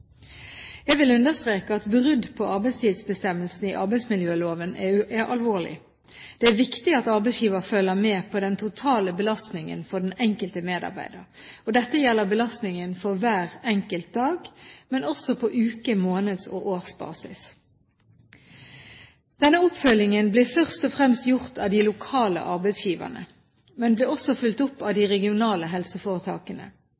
Jeg vil understreke at brudd på arbeidstidsbestemmelsene i arbeidsmiljøloven er alvorlig. Det er viktig at arbeidsgiver følger med på den totale belastningen for den enkelte medarbeider. Dette gjelder belastningen for hver enkelt dag, men også på ukes-, måneds- og årsbasis. Denne oppfølgingen blir først og fremst gjort av de lokale arbeidsgiverne, men blir også fulgt opp av